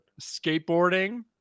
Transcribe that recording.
Skateboarding